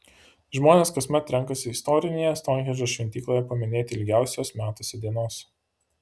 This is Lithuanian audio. žmonės kasmet renkasi istorinėje stounhendžo šventykloje paminėti ilgiausios metuose dienos